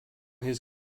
his